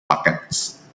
pockets